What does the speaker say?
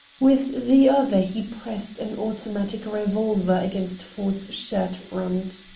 with the other he pressed an automatic revolver against ford's shirt front.